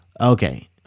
Okay